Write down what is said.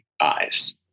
eyes